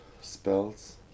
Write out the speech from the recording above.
spells